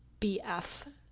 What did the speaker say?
BF